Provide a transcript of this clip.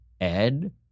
Ed